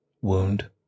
wound